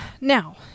now